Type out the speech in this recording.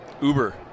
Uber